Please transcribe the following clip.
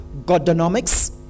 Godonomics